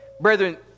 Brethren